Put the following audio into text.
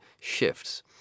shifts